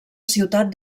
ciutat